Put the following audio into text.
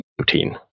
routine